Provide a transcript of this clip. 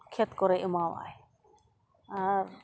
ᱠᱷᱮᱛ ᱠᱚᱨᱮᱜ ᱮᱢᱟᱣ ᱟᱭ ᱟᱨ